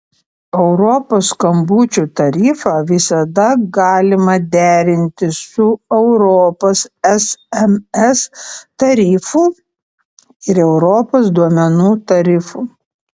europos skambučių tarifą visada galima derinti su europos sms tarifu ir europos duomenų tarifu